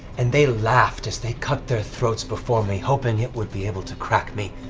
and they laughed as they cut their throats before me, hoping it would be able to crack me.